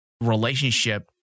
relationship